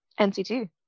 nct